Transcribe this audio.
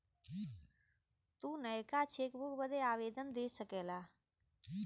तू नयका चेकबुक बदे आवेदन दे सकेला